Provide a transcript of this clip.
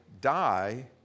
die